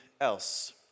else